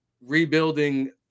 rebuilding